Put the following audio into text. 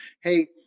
hey